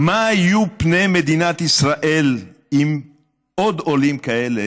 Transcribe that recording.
"מה יהיו פני מדינת ישראל אם עוד עולים כאלה